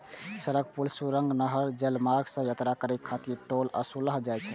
सड़क, पुल, सुरंग, नहर, जलमार्ग सं यात्रा करै खातिर टोल ओसूलल जाइ छै